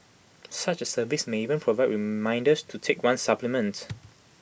such service may even provide reminders to take one's supplements